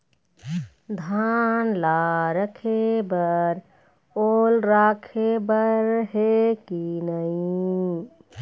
धान ला रखे बर ओल राखे बर हे कि नई?